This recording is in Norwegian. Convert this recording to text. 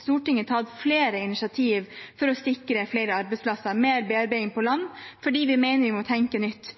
Stortinget har tatt flere initiativer for å sikre flere arbeidsplasser, mer bearbeiding på land, fordi vi mener vi må tenke nytt.